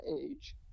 age